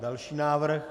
Další návrh.